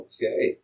Okay